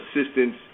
assistance